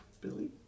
Billy